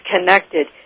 connected